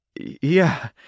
Yeah